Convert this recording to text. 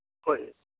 ꯍꯣꯏ